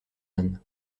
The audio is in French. ann